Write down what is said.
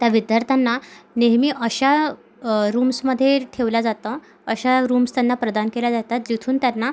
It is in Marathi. त्या विद्यार्थ्यांना नेहमी अशा रूम्समधे ठेवल्या जातं अशा रूम्स त्यांना प्रदान केल्या जातात जिथून त्यांना